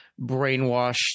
brainwashed